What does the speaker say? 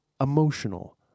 emotional